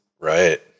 right